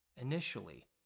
Initially